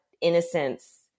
innocence